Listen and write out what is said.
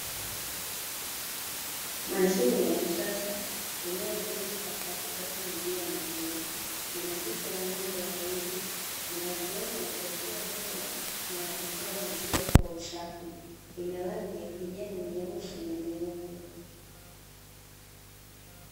Mashine ya kisasa inayotumika katika kuuzia maziwa, ina picha ya ng'ombe wawili, ina sehemu ya kuwekea hela na ya kutoa maziwa kwa usafi, ina rangi ya kijani, nyeusi, na nyeupe.